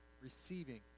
receiving